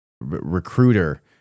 recruiter